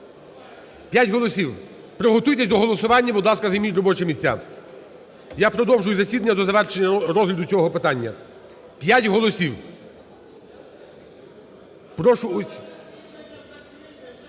П'ять голосів. Приготуйтесь до голосування, будь ласка, займіть робочі місця. Я продовжую засідання до завершення розгляду цього питання. П'ять голосів. Прошу...